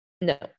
No